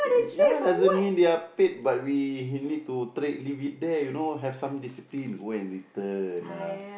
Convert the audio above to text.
ya doesn't mean they are paid but we need to tray leave it there you know have some discipline go and return ah